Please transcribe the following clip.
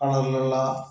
കളറിൽ ഉള്ള